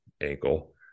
ankle